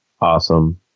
awesome